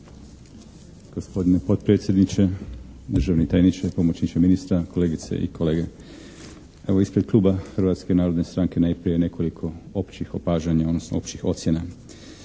Gospodine potpredsjedniče, državni tajniče, pomoćniče ministra, kolegice i kolege. Evo ispred Kluba Hrvatske narodne strane najprije nekoliko općih opažanja, odnosno općih ocjena.